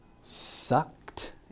sucked